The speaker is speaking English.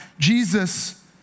Jesus